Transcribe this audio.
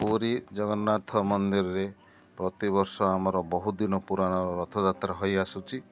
ପୁରୀ ଜଗନ୍ନାଥ ମନ୍ଦିରରେ ପ୍ରତିବର୍ଷ ଆମର ବହୁ ଦିନ ପୁରାଣ ରଥଯାତ୍ରା ହେଇ ଆସୁଛି